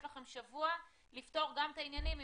יש לכם שבוע לפתור גם את העניינים המשפטיים,